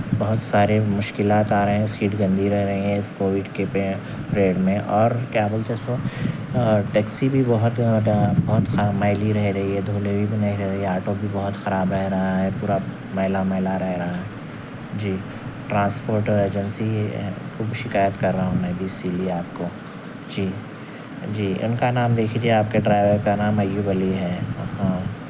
بہت سارے مشکلات آ رہے ہیں سیٹ گندی رہ رہی ہیں اس کووڈ کے پیریئڈ میں اور کیا بولتے سو اور ٹیکسی بھی بہت بہت میلی رہ رہی ہے دھونے بھی نہیں رہی ہے آٹو بھی بہت خراب رہ رہا ہے پورا میلا میلا رہ رہا ہے جی ٹرانسپورٹ ایجنسی کو شکایت کر رہا ہوں میں بھی اسی لیے آپ کو جی جی ان کا نام دیکھ لیجیے آپ کے ڈرائیور کا نام ایوب علی ہے ہاں